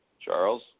Charles